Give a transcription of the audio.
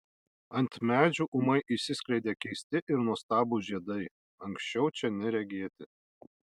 ant medžių ūmai išsiskleidė keisti ir nuostabūs žiedai anksčiau čia neregėti